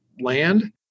land